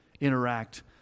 interact